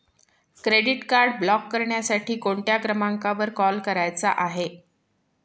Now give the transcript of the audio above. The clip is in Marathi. क्रेडिट कार्ड ब्लॉक करण्यासाठी कोणत्या क्रमांकावर कॉल करायचा आहे?